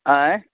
आँय